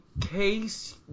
case